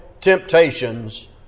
temptations